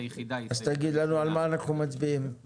יבוא "יחולו פסקאות (5),